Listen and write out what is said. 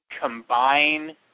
combine